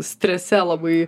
strese labai